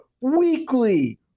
weekly